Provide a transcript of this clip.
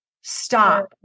stop